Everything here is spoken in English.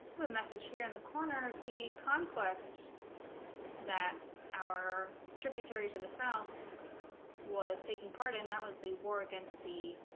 the message here in the corner the conquest that our tributary to the south was taking part in that was the war against the